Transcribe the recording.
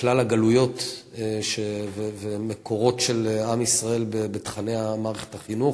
לכלל הגלויות והמקורות של עם ישראל בתוכני מערכת החינוך.